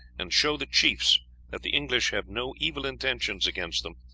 and show the chiefs that the english have no evil intentions against them,